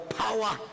power